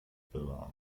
bewahren